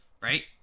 Right